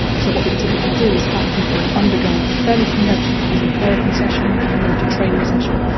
so what we typically do is have people undergo a fairly conventional physiotherapy session, a motor training session,